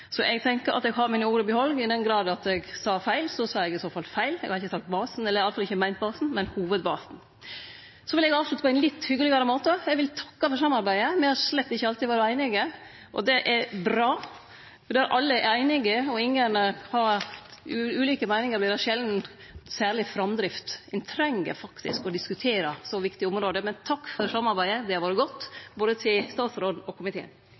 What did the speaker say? så er skjedd. Eg tenkjer eg har mine ord i behald. I den grad noko vart feil, sa eg i så fall feil. Eg har i alle fall ikkje meint «basen», men «hovudbasen». Eg vil avslutte på ein litt hyggelegare måte: Eg vil takke for samarbeidet. Me har slett ikkje alltid vore einige, og det er bra, for der alle er einige og ingen har ulike meiningar, vert det sjeldan særleg framdrift. Ein treng faktisk å diskutere så viktige område. Men takk for samarbeidet, til både statsråden og komiteen, det har vore